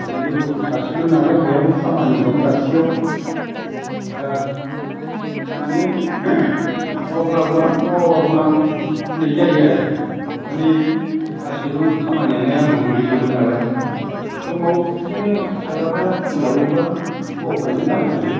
ओरैनो गथ' सासेल' नालाय बेहाबो खामानि दं दाबसेयाव दा बेनो मावब्लाबो आं मावाब्लाबो आं होननाय जायो आरो माने गासैबो खामानियानो आंनाव गोग्लैजोबो नालाय समाव बिदिनो फिसालाफ्रा सोलाबोब्ला मावफायो दांफायो